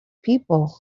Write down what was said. people